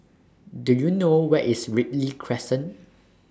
Do YOU know Where IS Ripley Crescent